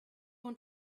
want